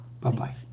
Bye-bye